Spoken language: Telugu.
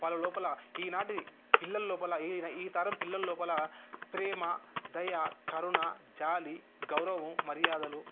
వాళ్ళ లోపల ఈనాటి పిల్లల లోపల ఈ తరం పిల్లల లోపల ప్రేమ దయ కరుణ జాలి గౌరవం మర్యాదలు